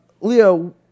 Leo